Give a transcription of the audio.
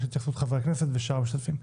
את התייחסות חברי הכנסת ושאר המשתתפים.